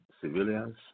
civilians